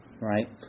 right